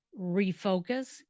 refocus